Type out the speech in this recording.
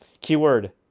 Keyword